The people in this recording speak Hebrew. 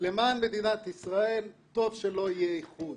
למען מדינת ישראל טוב שלא יהיה איחוד